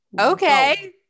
Okay